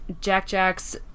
Jack-Jack's